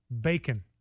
bacon